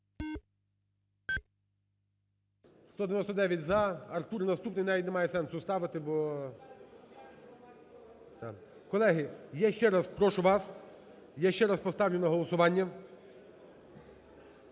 За-199 Артуре, наступний навіть немає сенсу ставити бо… Колеги, я ще раз прошу вас я ще раз поставлю на голосування